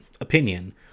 opinion